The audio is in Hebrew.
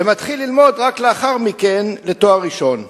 ומתחיל ללמוד רק לאחר מכן לתואר ראשון,